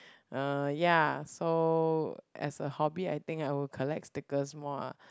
uh ya so as a hobby I think I will collect stickers more ah